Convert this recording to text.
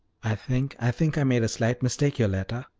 i think i think i made a slight mistake, yoletta,